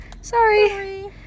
sorry